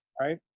right